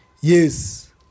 yes